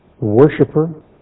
worshiper